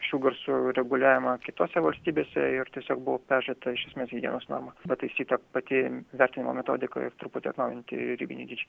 šių garsų reguliavimą kitose valstybėse ir tiesiog buvo peržiūrėta iš esmės higienos norma pataisyta pati vertinimo metodika ir truputį atnaujinti ribiniai dydžiai